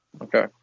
Okay